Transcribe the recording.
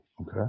Okay